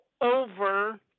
over